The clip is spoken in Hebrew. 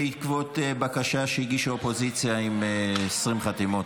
בעקבות בקשה שהגישה האופוזיציה עם 20 חתימות,